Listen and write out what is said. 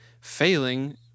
failing